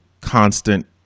constant